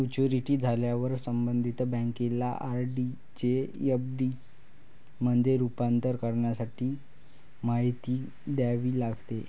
maturity झाल्यावर संबंधित बँकेला आर.डी चे एफ.डी मध्ये रूपांतर करण्यासाठी माहिती द्यावी लागते